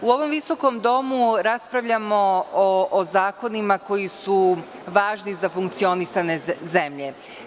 U ovom visokom domu raspravljamo o zakonima koji su važni za funkcionisanje zemlje.